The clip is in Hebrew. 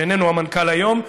והוא איננו המנכ"ל היום,